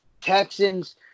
Texans